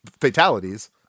fatalities